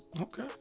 okay